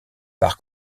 par